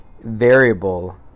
variable